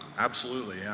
absolutely.